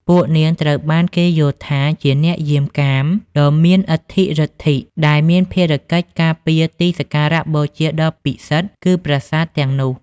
ពួកនាងត្រូវបានគេយល់ថាជា អ្នកយាមកាមដ៏មានឥទ្ធិឫទ្ធិ ដែលមានភារកិច្ចការពារទីសក្ការបូជាដ៏ពិសិដ្ឋ គឺប្រាសាទទាំងនោះ។